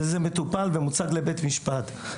וזה מטופל ומוצג לבית משפט.